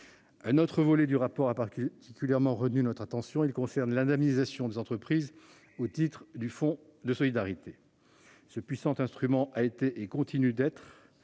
Un autre volet du rapport a particulièrement retenu notre attention : celui qui concerne l'indemnisation des entreprises au titre du fonds de solidarité. Ce puissant instrument a été, et continue d'être,